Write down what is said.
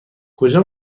کجا